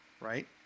Right